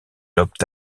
opte